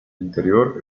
interior